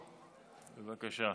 בבקשה.